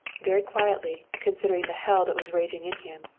very quietly, considering the hell that was raging in him,